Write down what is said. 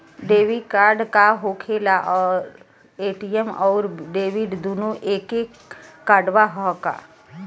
Debit card का होखेला और ए.टी.एम आउर डेबिट दुनों एके कार्डवा ह का?